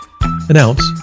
Announce